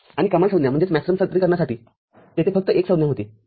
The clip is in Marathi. आणि कमाल संज्ञा सादरीकरणासाठी तेथे फक्त एक संज्ञा होती